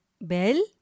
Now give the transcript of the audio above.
bell